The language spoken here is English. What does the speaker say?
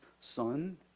son